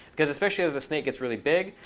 because especially as the snake gets really big,